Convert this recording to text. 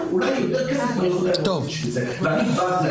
ואז הם אולי יקבלו יותר כסף, ואני בז להם.